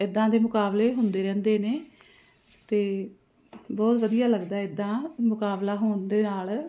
ਇੱਦਾਂ ਦੇ ਮੁਕਾਬਲੇ ਹੁੰਦੇ ਰਹਿੰਦੇ ਨੇ ਅਤੇ ਬਹੁਤ ਵਧੀਆ ਲੱਗਦਾ ਇੱਦਾਂ ਮੁਕਾਬਲਾ ਹੋਣ ਦੇ ਨਾਲ